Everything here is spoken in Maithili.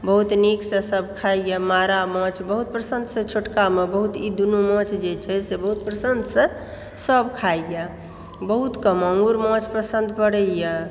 बहुत नीक सऽ सब खाइ यऽ मारा माछ बहुत प्रसन्न सऽ छोटकामे ई दुनू माछ जे छै से बहुत पसन्द सऽ सब खाइ यऽ बहुतके मांगुर माछ पसन्द पड़ै यऽ